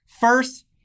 first